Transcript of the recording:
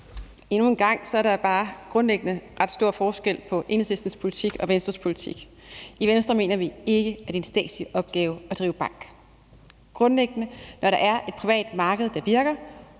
Endnu en gang er der bare grundlæggende ret stor forskel på Enhedslistens politik og Venstres politik. I Venstre mener vi ikke, at det er en statslig opgave at drive bank. Grundlæggende mener vi, at når der er et privat marked, der virker,